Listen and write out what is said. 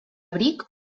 abric